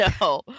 No